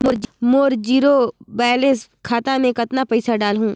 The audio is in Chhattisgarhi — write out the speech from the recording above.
मोर जीरो बैलेंस खाता मे कतना पइसा डाल हूं?